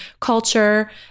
culture